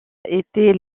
était